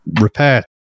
repair